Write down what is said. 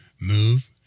move